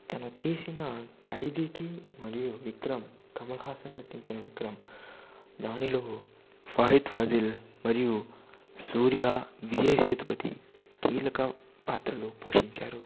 తన తీసిన ఖైదీకి మరియు విక్రమ్ కమలహాసన్ నటించిన విక్రమ్ దానిలో ఫాహిద్ ఫాసిల్ మరియు సూర్యా విజయ్ సేతుపతి కీలక పాత్రలు పోషించారు